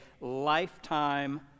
lifetime